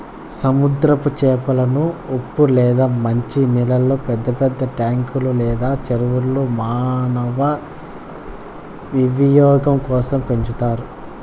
సముద్రపు చేపలను ఉప్పు లేదా మంచి నీళ్ళల్లో పెద్ద పెద్ద ట్యాంకులు లేదా చెరువుల్లో మానవ వినియోగం కోసం పెంచుతారు